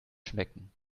schmecken